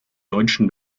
deutschen